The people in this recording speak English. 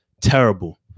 terrible